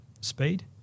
speed